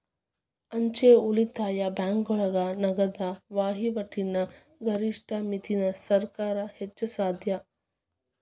ಅಂಚೆ ಉಳಿತಾಯ ಬ್ಯಾಂಕೋಳಗ ನಗದ ವಹಿವಾಟಿನ ಗರಿಷ್ಠ ಮಿತಿನ ಸರ್ಕಾರ್ ಹೆಚ್ಚಿಸ್ಯಾದ